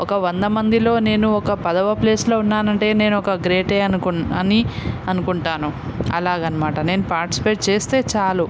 ఒక వంద మందిలో నేను ఒక పదవ ప్లేస్లో ఉన్నాను అంటే నేను ఒక గ్రేటే అనుకున్ అని అనుకుంటాను అలాగ అనమాట నేను పాటిస్పేట్ చేస్తే చాలు